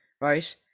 right